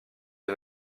des